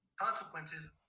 Consequences